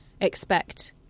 expect